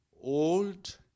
Old